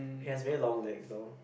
he has very long legs though